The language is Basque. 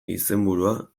izenburua